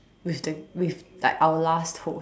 with the with like our last host